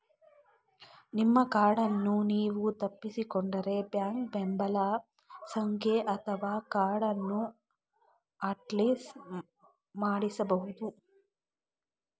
ನಿಮ್ಮ ಕಾರ್ಡನ್ನು ನೀವು ತಪ್ಪಿಸಿಕೊಂಡ್ರೆ ಬ್ಯಾಂಕ್ ಬೆಂಬಲ ಸಂಖ್ಯೆ ಅಥವಾ ಕಾರ್ಡನ್ನ ಅಟ್ಲಿಸ್ಟ್ ಮಾಡಿಸಬಹುದು